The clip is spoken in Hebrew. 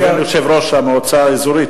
אתה מתכוון ליושב-ראש המועצה האזורית,